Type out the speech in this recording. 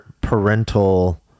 parental